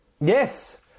Yes